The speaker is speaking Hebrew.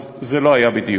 אז זה לא היה בדיוק.